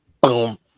boom